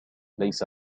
ليس